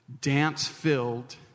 dance-filled